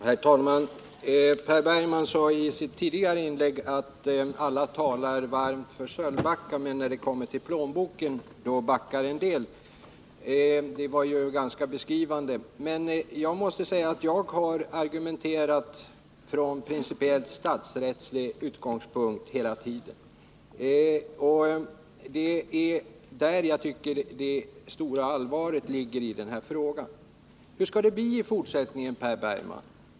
Herr talman! Per Bergman sade i sitt tidigare inlägg att alla talar varmt för Sölvbacka, men när det kommer till plånboken backar en del. Det var ganska beskrivande. Men jag har hela tiden argumenterat från principiell, statsrättslig utgångspunkt. Det är ur den aspekten som jag tycker att denna fråga är så allvarlig. Hur skall det bli i fortsättningen, Per Bergman?